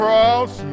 cross